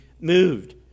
moved